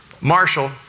Marshall